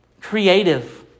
creative